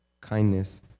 kindness